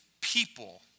people